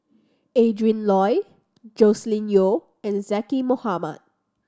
Adrin Loi Joscelin Yeo and Zaqy Mohamad